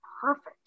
perfect